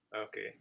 Okay